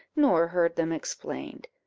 nor heard them explained.